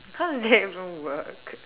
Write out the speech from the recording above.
how does that even work